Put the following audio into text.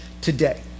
today